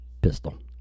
pistol